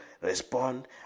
respond